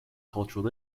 cultural